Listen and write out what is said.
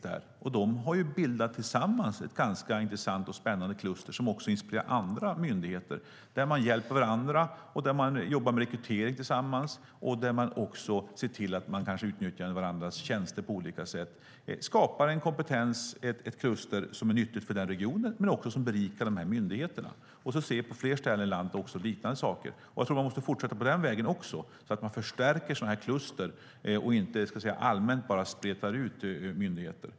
De har tillsammans bildat ett ganska intressant och spännande kluster, som inspirerar andra myndigheter. Man hjälper varandra och jobbar tillsammans med rekrytering, och man utnyttjar varandras tjänster på olika sätt. Man skapar en kompetens, ett kluster, som är nyttig för den regionen men också berikar myndigheterna. Vi ser liknande saker på flera ställen i landet. Jag tror att man måste fortsätta på den vägen också, så att man förstärker sådana här kluster och inte bara allmänt sprider ut myndigheter.